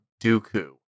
Dooku